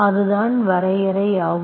அதுதான் வரையறை ஆகும்